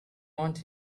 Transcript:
want